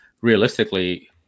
realistically